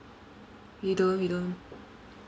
we don't we don't